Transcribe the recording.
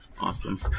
Awesome